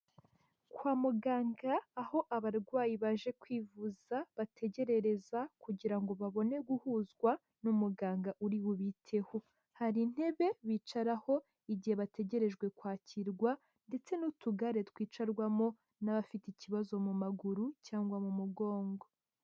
Kwa muganga aho abarwayi baje kwivuza bategerereza kugira ngo babone guhuzwa n'umuganga uri bubiteho, hari intebe bicararaho igihe bategerejwe kwakirwa ndetse n'utugare twicarwamo n'abafite ikibazo mu maguru cyangwa mu mugongo.